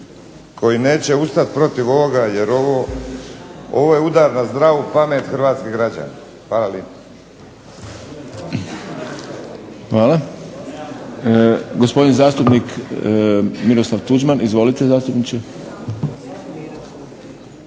koji neće ustati protiv ovoga, jer ovo je udar na zdravu pamet hrvatskih građana. Hvala lijepa. **Šprem, Boris (SDP)** Hvala. Gospodin zastupnik Miroslav Tuđman. Izvolite zastupniče.